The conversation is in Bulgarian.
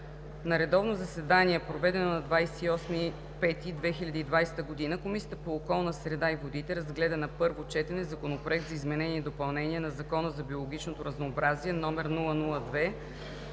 На редовно заседание, проведено на 28 май 2020 г., Комисията по околната среда и водите разгледа на първо четене Законопроект за изменение и допълнение на Закона за биологичното разнообразие, №